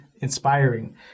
inspiring